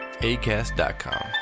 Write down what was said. ACAST.com